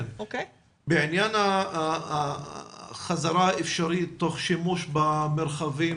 בעניין החזרה האפשרית תוך שימוש במרחבים